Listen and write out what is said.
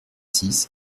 six